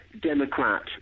Democrat